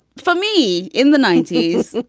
for me, in the ninety s,